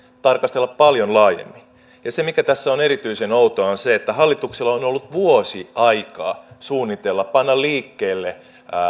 tarkastella paljon laajemmin se mikä tässä on erityisen outoa on se että hallituksella on on ollut vuosi aikaa suunnitella panna liikkeelle